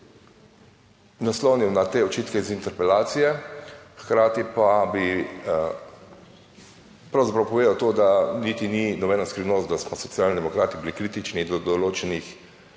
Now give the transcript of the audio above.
naslonil na te očitke iz interpelacije. Hkrati pa bi pravzaprav povedal to, da niti ni nobena skrivnost, da smo Socialni demokrati bili kritični do določenih